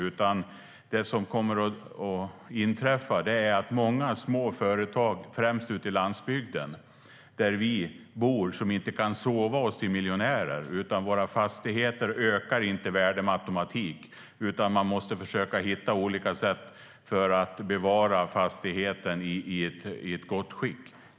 Vi som bor ute på landsbygden och inte kan sova oss till att bli miljonärer, eftersom våra fastigheter inte ökar i värde med automatik, måste försöka hitta olika sätt att bevara fastigheten i ett gott skick.